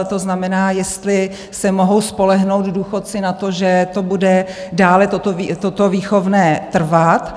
To znamená, jestli se mohou spolehnout důchodci na to, že bude dále toto výchovné trvat?